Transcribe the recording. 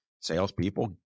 salespeople